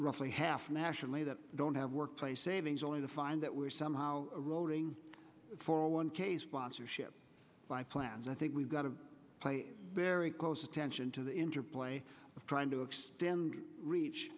roughly half nationally that don't have workplace savings only to find that we're somehow rolling for a one k sponsorship by plans i think we've got to play very close attention to the interplay of trying to extend reach